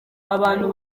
abantu